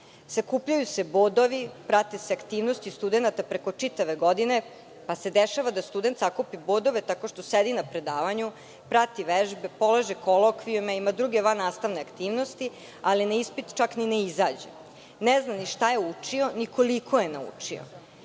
Sakupljaju se bodovi, prate se aktivnosti studenata preko čitave godine, pa se dešava da student sakupi bodove tako što sedi na predavanju, prati vežbe, polaže kolokvijume, ima druge vannastavne aktivnosti ali na ispit čak i ne izađe. Ne zna ni šta je učio, ni koliko je